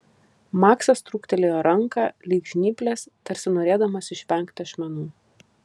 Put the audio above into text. maksas trūktelėjo ranką lyg žnyples tarsi norėdamas išvengti ašmenų